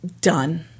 done